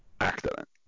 accident